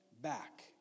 back